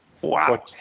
Wow